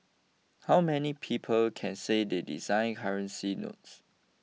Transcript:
how many people can say they designed currency notes